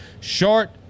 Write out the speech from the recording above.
short